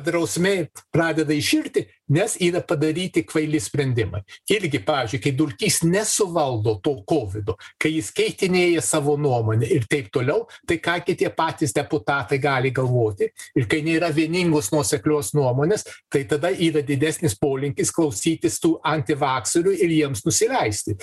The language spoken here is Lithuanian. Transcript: drausmė pradeda iširti nes yra padaryti kvaili sprendimai irgi pavyzdžiui kaip dulkys nesuvaldo to kovido kai jis keitinėja savo nuomonę ir taip toliau tai ką gi tie patys deputatai gali galvoti ir kai nėra vieningos nuoseklios nuomonės tai tada yra didesnis polinkis klausytis tų antivakserių ir jiems nusileisti